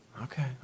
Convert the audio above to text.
Okay